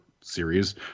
series